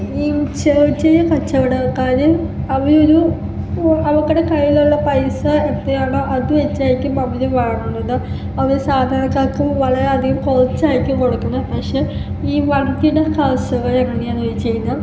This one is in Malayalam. ഈ ചെറിയ ചെറിയ കച്ചവടക്കാരും അവരൊരു അവരുടെ കയ്യിലുള്ള പൈസ എത്രയാണോ അത് വച്ചായിരിക്കും അവർ വണ്ടുന്നത് അവർ സാധാരണക്കാർക്കും വളരെ അധികം കുറച്ചായിരിക്കും കൊടുക്കുന്നത് പക്ഷേ ഈ വൻകിട കർഷകർ എങ്ങനെയാണെന്ന് ചോദിച്ച് കഴിഞ്ഞാൽ